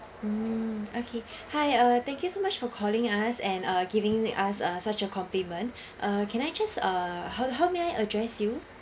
mm hi uh thank you so much for calling us and uh giving us uh such a compliment uh can I just uh how how may I address you